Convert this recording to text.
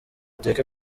tureke